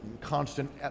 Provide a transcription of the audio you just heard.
constant